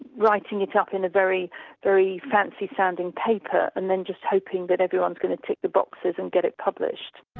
writing it up in a very very fancy-sounding paper, and then just hoping that everyone's going to tick the boxes and get it published.